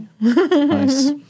Nice